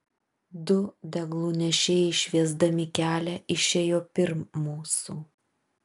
du deglų nešėjai šviesdami kelią išėjo pirm mūsų